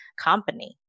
company